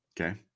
Okay